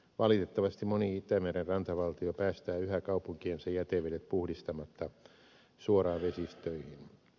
valitettavasti moni itämeren rantavaltio päästää yhä kaupunkiensa jätevedet puhdistamatta suoraan vesistöihin